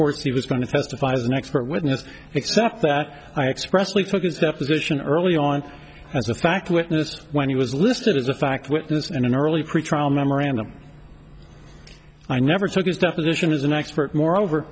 course he was going to testify as an expert witness except that i expressly for his deposition early on as a fact witness when he was listed as a fact witness and in early pretrial memorandum i never took his deposition as an expert moreover